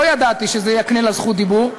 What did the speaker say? לא ידעתי שזה יקנה לה זכות דיבור,